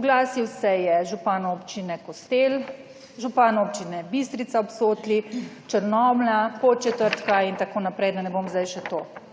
Oglasil se je župan občine Kostel, župan občine Bistrica ob Sotli, Črnomlja, Podčetrtka in tako naprej, da ne bom zdaj še to brala,